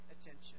attention